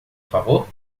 favor